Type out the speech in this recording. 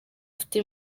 afite